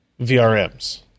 VRMs